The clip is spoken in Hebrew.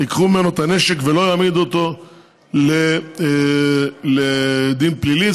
ייקחו ממנו את הנשק ולא יעמידו אותו לדין פלילי.